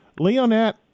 Leonette